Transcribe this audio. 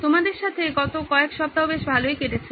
তোমাদের সাথে গত কয়েক সপ্তাহ বেশ ভালোই কেটেছে